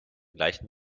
gleichen